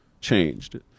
changed